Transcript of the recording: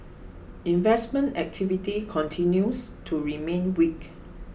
investment activity continues to remain weak